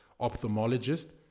ophthalmologist